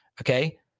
Okay